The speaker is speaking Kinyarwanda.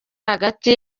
hagati